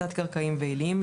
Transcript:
תת־קרקעיים ועיליים,